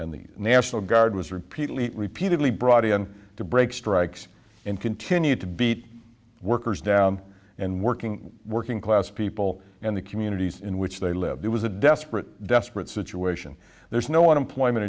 and the national guard was repeatedly repeatedly brought in to break strikes and continue to beat workers down and working working class people and the communities in which they lived it was a desperate desperate situation there's no unemployment